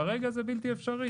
כרגע זה בלתי אפשרי.